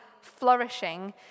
flourishing